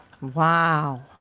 wow